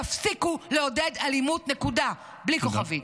תפסיקו לעודד אלימות, נקודה, בלי כוכבית.